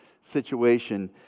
situation